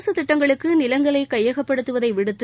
அரசு திட்டங்களுக்கு நிலங்களை கையகப்படுத்துவதை விடுத்து